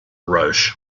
roche